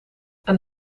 een